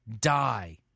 die